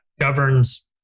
governs